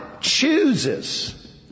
chooses